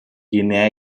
guinea